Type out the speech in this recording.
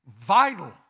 vital